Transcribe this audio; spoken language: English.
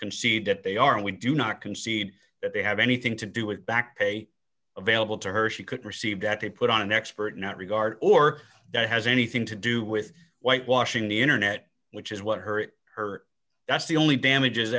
concede that they are and we do not concede that they have anything to do with back pay available to her she could receive that they put on an expert not regard or that has anything to do with white washing the internet which is what her her that's the only damages